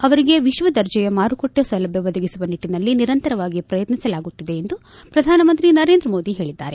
ಅವರಿಗೆ ವಿಶ್ವದರ್ಜೆಯ ಮಾರುಕಟ್ಲೆ ಸೌಲಭ್ಞ ಒದಗಿಸುವ ನಿಟ್ಲನಲ್ಲಿ ನಿರಂತರವಾಗಿ ಪ್ರಯತ್ನಿಸಲಾಗುತ್ತಿದೆ ಎಂದು ಪ್ರಧಾನಮಂತ್ರಿ ನರೇಂದ್ರ ಮೋದಿ ಹೇಳಿದ್ದಾರೆ